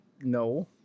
no